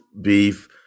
beef